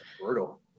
Brutal